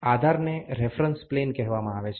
આધારને reference plane કહેવામાં આવે છે